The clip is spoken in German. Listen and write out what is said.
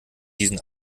diesen